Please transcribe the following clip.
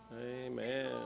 Amen